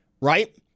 right